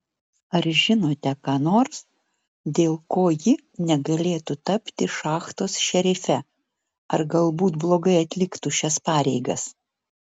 ar žinote ką nors dėl ko ji negalėtų tapti šachtos šerife ar galbūt blogai atliktų šias pareigas